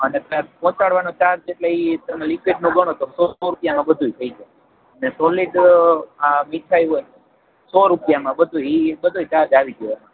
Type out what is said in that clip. અને ત્યાં પહોંચાડવાનો ચાર્જ એટલે ઈ તમે લિક્વિડનો ઘણો તો સો સો રૂપિયામાં બધુ થઈ જાય અને સોલિત આ સો રૂપિયામાં બધુ એ બધો ચાર્જ આવી ગયો